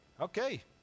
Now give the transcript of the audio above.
Okay